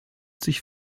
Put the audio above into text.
sich